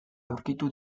aurkitu